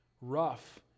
rough